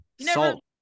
salt